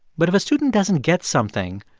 but if a student doesn't get something,